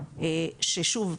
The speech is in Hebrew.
ששוב,